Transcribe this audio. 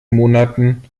monaten